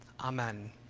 Amen